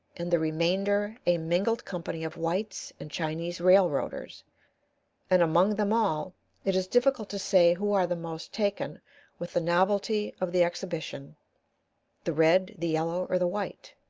and the remainder a mingled company of whites and chinese railroaders and among them all it is difficult to say who are the most taken with the novelty of the exhibition the red, the yellow, or the white.